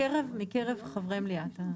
מקרב חברי מליאת הרשות.